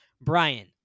Brian